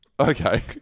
Okay